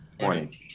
Morning